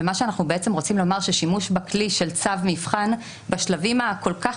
מה שאנחנו רוצים לומר זה ששימוש בכלי של צו מבחן בשלבים הכול כך